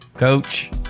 Coach